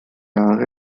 jahre